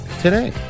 today